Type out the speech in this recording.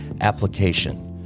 application